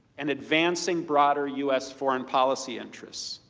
and advancing broader u s. foreign policy interests.